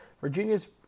Virginia's